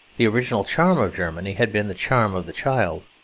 the original charm of germany had been the charm of the child.